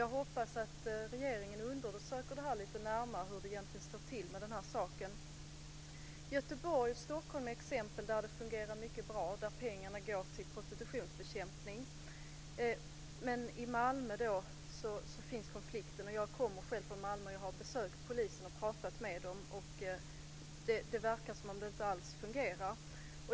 Jag hoppas att regeringen undersöker lite närmare hur det egentligen står till med den här saken. Göteborg och Stockholm är exempel där det fungerar mycket bra, där pengarna går till prostitutionsbekämpning, men i Malmö finns konflikten. Jag kommer själv från Malmö och har besökt polisen och pratat med dem. Det verkar som om det inte alls fungerar.